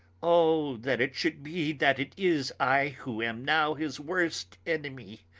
oh, that it should be that it is i who am now his worst enemy,